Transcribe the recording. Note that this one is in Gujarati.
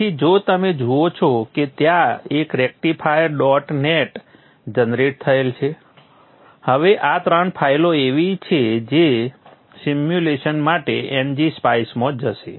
તેથી જો તમે જુઓ કે ત્યાં એક રેક્ટિફાયર ડોટ નેટ જનરેટ થયેલ છે હવે આ 3 ફાઇલો એવી છે જે સિમ્યુલેશન માટે ngSpice માં જશે